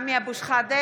נא לסיים, גברתי.